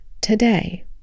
today